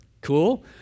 cool